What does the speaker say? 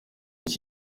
iyo